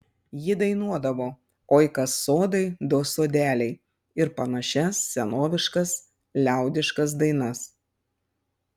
ji dainuodavo oi kas sodai do sodeliai ir panašias senoviškas liaudiškas dainas